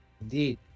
Indeed